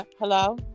Hello